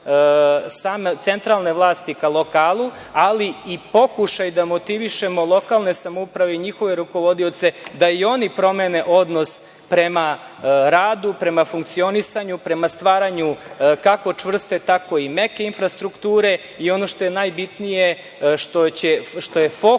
centralne vlasti ka lokalu, ali i pokušaj da motivišemo lokalne samouprave i njihove rukovodioce da i oni promene odnos prema radu, prema funkcionisanju, prema stvaranju, kako čvrste tako i meke, infrastrukture i, ono što je najbitnije, što je fokus